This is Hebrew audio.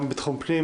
גם בתחום פנים